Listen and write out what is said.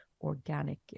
organic